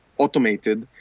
automated,